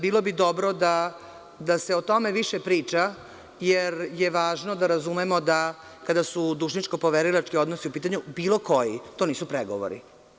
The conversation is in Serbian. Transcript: Bilo bi dobro da se o tome više priča, jer je važno da razumemo da kada su dužničko-poverilački odnosi u pitanju, bilo koji, to nisu pregovori.